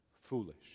foolish